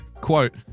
Quote